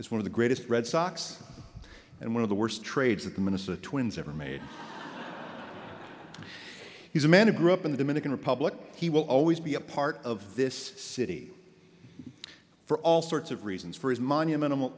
as one of the greatest red sox and one of the worst trades of the minnesota twins ever made he's a man who grew up in the dominican republic he will always be a part of this city for all sorts of reasons for his monumental